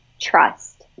trust